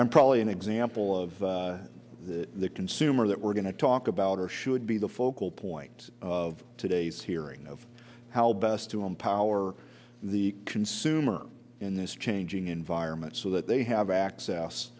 i'm probably an example of the consumer that we're going to talk about or should be the focal point of today's hearing of how best to empower the consumer in this changing environment so that they have access